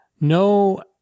no